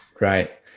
Right